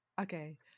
okay